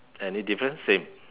any difference same